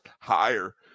higher